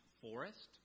forest